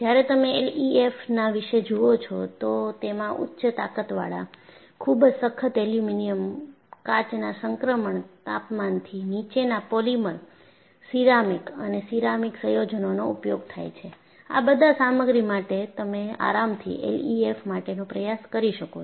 જ્યારે તમે એલઈએફએમના વિશે જુઓ છો તો તેમાં ઉચ્ચ તાકતવાળા સ્ટીલ ખુબ જ સખત એલ્યુમિનિયમ કાચના સંક્રમણ તાપમાનથી નીચેના પોલિમર સિરામિક્સ અને સિરામિક સંયોજનો નો ઉપયોગ થાય છે આ બધા સામગ્રી માટે તમે આરામથી એલઈએફએફ માટે નો પ્રયાસ કરી શકો છો